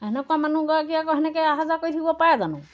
তেনেকুৱা মানুহগৰাকীয়ে আকৌ তেনেকৈ অহা যোৱা কৰি থাকিব পাৰে জানোঁ